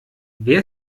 wer